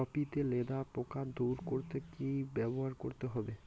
Copy তে লেদা পোকা দূর করতে কি ব্যবহার করতে হবে?